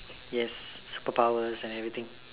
yes superpowers and everything